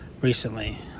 recently